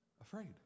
afraid